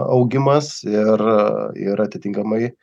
augimas ir ir atitinkamai